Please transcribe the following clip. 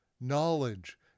Knowledge